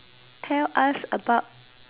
tell us about